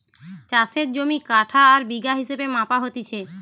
চাষের জমি কাঠা আর বিঘা হিসেবে মাপা হতিছে